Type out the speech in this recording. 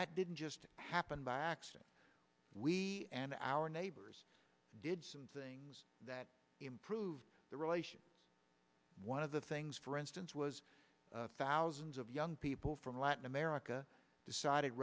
that didn't just happen by accident we and our neighbors did some things that improve the relations one of the things for instance was thousands of young people from latin america decided